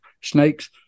Snakes